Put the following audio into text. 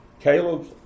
Caleb